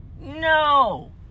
No